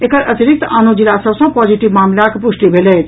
एकर अतिरिक्त आनो जिला सभ सॅ पॉजिटिव मामिलाक पुष्टि भेल अछि